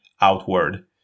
outward